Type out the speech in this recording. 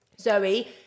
Zoe